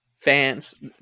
fans